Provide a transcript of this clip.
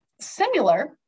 similar